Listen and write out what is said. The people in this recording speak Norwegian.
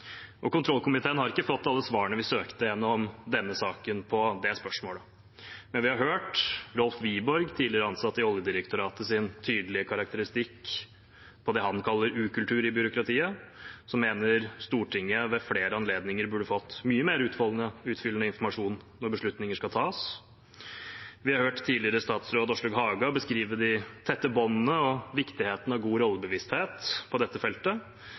Kontrollkomiteen har ikke fått alle svarene vi søkte gjennom denne saken på det spørsmålet, men vi har hørt Rolf Wiborg, tidligere ansatt i Oljedirektoratet, sin tydelige karakteristikk på det han kaller ukultur i byråkratiet. Han mener Stortinget ved flere anledninger burde ha fått mye mer utfyllende informasjon når beslutninger skulle tas. Vi har hørt tidligere statsråd Åslaug Haga beskrive de tette båndene og viktigheten av god rollebevissthet på dette feltet,